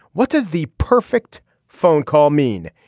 what does the perfect phone call mean.